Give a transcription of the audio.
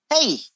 Hey